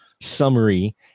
summary